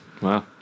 Wow